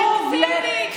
זה הסלקטיביות של,